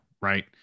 right